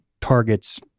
Target's